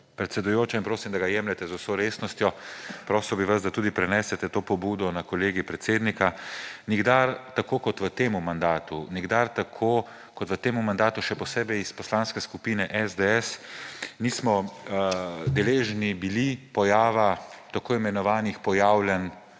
predsedujoča, in prosim, da ga jemljete z vso resnostjo. Prosil bi vas, da tudi prenesete to pobudo na Kolegij predsednika. Nikdar tako kot v tem mandatu, nikdar tako kot v tem mandatu, še posebej iz Poslanske skupine SDS, nismo bili deležni pojava tako imenovanih pojavljanj